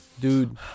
Dude